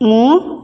ମୁଁ